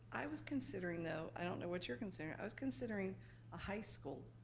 i was considering though, i don't know what you're considering, i was considering a high school,